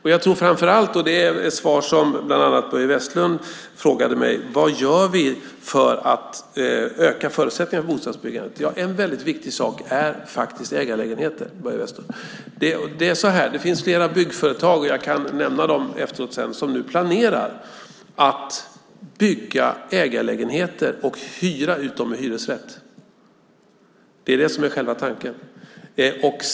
En fråga som bland annat Börje Vestlund ställde till mig är: Vad gör vi för att öka förutsättningarna för bostadsbyggandet? En väldigt viktig sak är faktiskt ägarlägenheter, Börje Vestlund. Det finns flera byggföretag - jag kan nämna dem efteråt - som nu planerar att bygga ägarlägenheter och hyra ut dem med hyresrätt. Det är själva tanken.